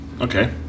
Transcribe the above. Okay